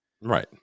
right